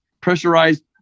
pressurized